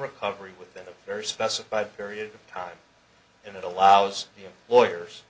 recovery within a very specified period of time and it allows the lawyers